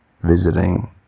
visiting